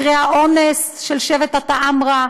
מקרה האונס של שבט התעמרה,